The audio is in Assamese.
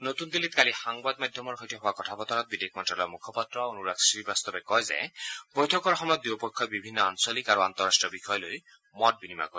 নতুন দিল্লীত কালি সংবাদমাধ্যমৰ সৈতে হোৱা কথা বতৰাত বিদেশ মন্ত্ৰালয়ৰ মূখপাত্ৰ অনুৰাগ শ্ৰীবাস্তৱে কয় যে বৈঠকৰ সময়ত দুয়োপক্ষই বিভিন্ন আঞ্চলিক আৰু আন্তঃৰাষ্ট্ৰীয় বিষয় লৈ মত বিনিময় কৰিব